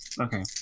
Okay